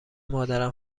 مادرم